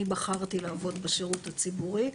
אני בחרתי לעבוד בשירות הציבורי.